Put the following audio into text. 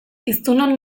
hiztunon